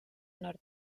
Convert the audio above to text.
nord